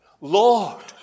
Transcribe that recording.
Lord